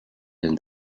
than